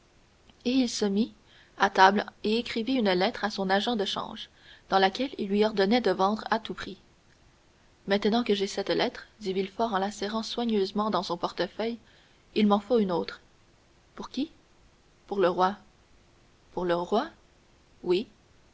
et il se mit à table et écrivit une lettre à son agent de change dans laquelle il lui ordonnait de vendre à tout prix maintenant que j'ai cette lettre dit villefort en la serrant soigneusement dans son portefeuille il m'en faut une autre pour qui pour le roi pour le roi oui